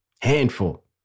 Handful